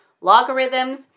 logarithms